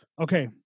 Okay